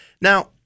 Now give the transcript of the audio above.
Now